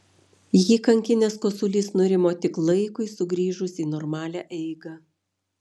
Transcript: jį kankinęs kosulys nurimo tik laikui sugrįžus į normalią eigą